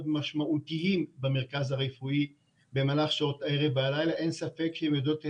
כאשר מהשעה 16:00 עד הבוקר היא בעצם מייצגת אותי